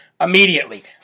immediately